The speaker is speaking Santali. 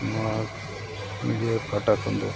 ᱱᱚᱣᱟ ᱢᱤᱰᱤᱭᱟ ᱯᱟᱦᱴᱟ ᱠᱷᱚᱱ ᱫᱚ